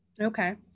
Okay